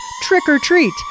trick-or-treat